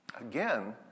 Again